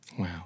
Wow